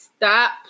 Stop